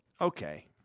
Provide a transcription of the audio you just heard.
okay